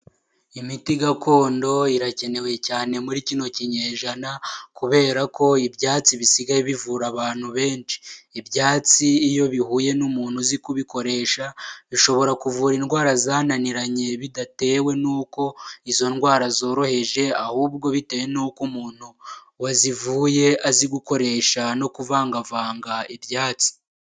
Imiti gakondo irakenewe cyane muri kino kinyejana kubera ko, ibyatsi bisigaye bivura abantu benshi ibyatsi iyo bihuye n'umuntu uzi kubikoresha bishobora kuvura indwara zananiranye bidatewe n'uko izo ndwara zoroheje ahubwo bitewe n'uko umuntu wazivuye azi gukoresha no kuvangavanga ibyatsi.